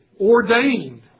ordained